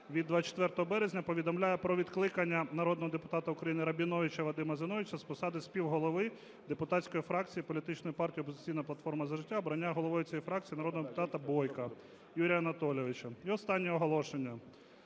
від 24 березня повідомляю про відкликання народного депутата України Рабіновича Вадима Зіновійовича з посади співголови депутатської фракції політичної партії "Опозиційна платформа - За життя" та обрання головою цієї фракції народного депутата Бойка Юрія Анатолійовича. І останнє оголошення.